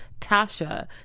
Tasha